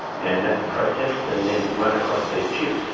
and that's processed and then run across these chips,